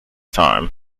time